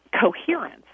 coherence